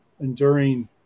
enduring